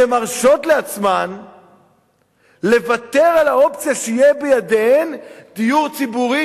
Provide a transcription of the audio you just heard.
שמרשה לעצמה לוותר על האופציה שיהיה בידיה דיור ציבורי